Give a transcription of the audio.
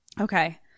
Okay